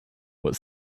what